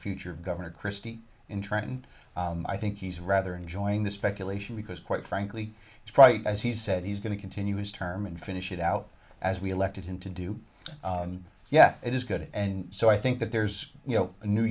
future of governor christie in trenton i think he's rather enjoying the speculation because quite frankly it's right as he said he's going to continue his term and finish it out as we elected him to do yeah it is good and so i think that there's you know new